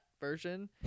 version